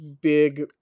big